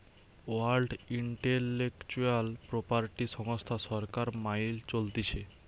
world intellectual property সংস্থা সরকার মাইল চলতিছে